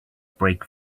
brake